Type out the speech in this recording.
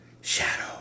Shadow